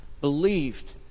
believed